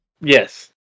Yes